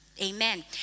Amen